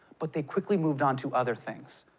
but they quickly moved on to other things.